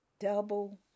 Double